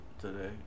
today